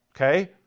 Okay